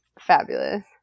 fabulous